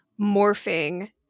morphing